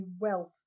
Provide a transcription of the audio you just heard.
wealth